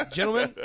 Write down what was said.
Gentlemen